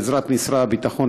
בעזרת משרד הביטחון,